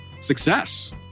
success